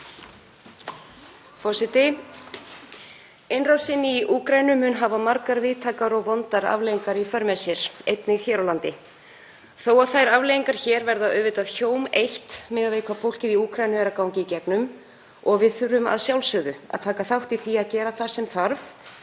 Innrásin í Úkraínu mun hafa margar víðtækar og vondar afleiðingar í för með sér, einnig hér á landi þó að þær afleiðingar verði auðvitað hjóm eitt miðað við hvað fólkið í Úkraínu er að ganga í gegnum. Við þurfum að sjálfsögðu að taka þátt í því að gera það sem þarf